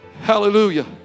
Hallelujah